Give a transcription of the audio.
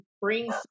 bring